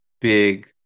big